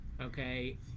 okay